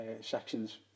sections